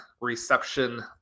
reception